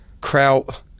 kraut